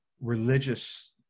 religious